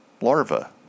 larva